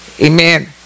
amen